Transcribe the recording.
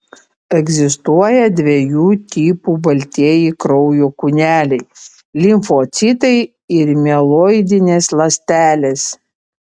egzistuoja dviejų tipų baltieji kraujo kūneliai limfocitai ir mieloidinės ląstelės